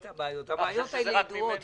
הבעיות האלה ידועות.